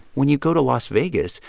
when you go to las vegas,